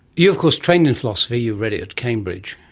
you of course trained in philosophy, you read it at cambridge.